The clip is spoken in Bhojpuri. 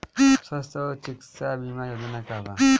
स्वस्थ और चिकित्सा बीमा योजना का बा?